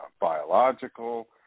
biological